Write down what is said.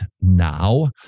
now